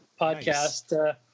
podcast